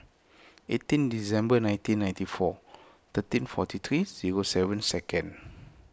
eighteen December nineteen ninety four thirteen forty three zero seven second